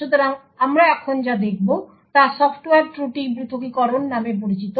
সুতরাং আমরা যা দেখব তা সফটওয়্যার ত্রুটি পৃথকীকরণ নামে পরিচিত